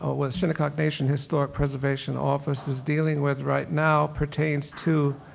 what what the shinnecock nation historic preservation office is dealing with right now pertains to